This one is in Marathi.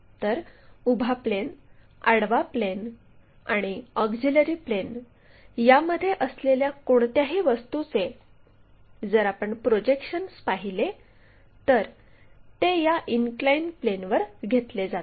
तर उभा प्लेन आडवा प्लेन आणि ऑक्झिलिअरी प्लेन यामध्ये असलेल्या कोणत्याही वस्तूचे जर आपण प्रोजेक्शन्स पाहिले तर ते या इनक्लाइन प्लेनवर घेतले जातात